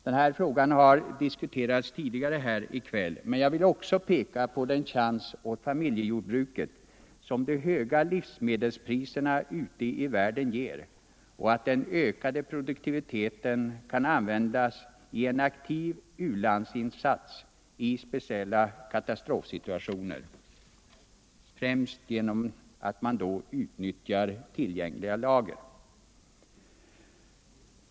Denna fråga har diskuterats tidigare här i kväll, men jag vill också peka på den chans åt familjejordbruket som de höga livsmedelspriserna ute i världen ger och framhålla, att den ökade produktiviteten kan nyttiggöras i en aktiv u-landsinsats i katastrofsituationer, främst genom användande av tillgängliga lager.